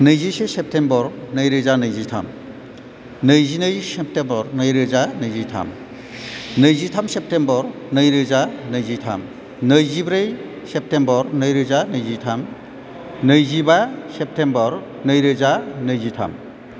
नैजिसे सेप्तेम्बर नैरोजा नैजिथाम नैजिनै सेप्तेम्बर नै रोजा नैजिथाम नैजिथाम सेप्तेम्बर नै रोजा नैजिथाम नैजिब्रै सेप्तेम्बर नैरोजा नैजिथाम नैजिबा सेप्तेम्बर नैरोजा नैजिथाम